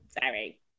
sorry